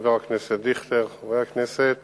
חבר הכנסת אברהם דיכטר שאל את